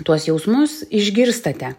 tuos jausmus išgirstate